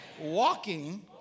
walking